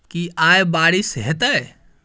की आय बारिश हेतै?